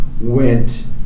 went